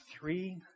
three